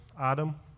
Adam